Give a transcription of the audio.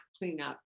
cleanup